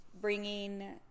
bringing